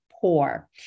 poor